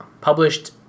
published